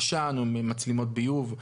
עשן או ממצלמות ביוב,